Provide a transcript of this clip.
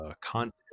content